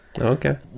Okay